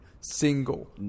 single